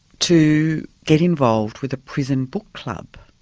to get involved with a prison book club.